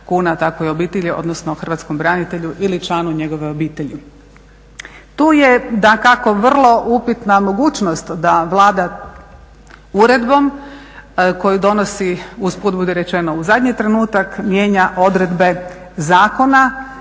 kuna takvoj obitelji, odnosno hrvatskom branitelju ili članu njegove obitelji. Tu je dakako vrlo upitna mogućnost da Vlada uredbom koji donosi, usput budi rečeno, u zadnji trenutak, mijenja odredbe zakona